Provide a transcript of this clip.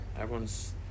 Everyone's